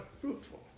fruitful